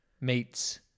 meets